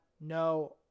no